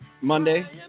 Monday